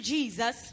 Jesus